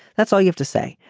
that's all you have to say.